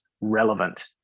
relevant